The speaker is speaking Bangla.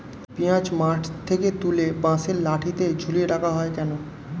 পিঁয়াজ মাঠ থেকে তুলে বাঁশের লাঠি ঝুলিয়ে রাখা হয় কেন?